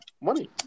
money